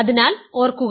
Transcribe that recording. അതിനാൽ ഓർക്കുക